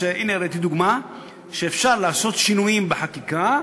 הנה הראיתי דוגמה שאפשר לעשות שינויים בחקיקה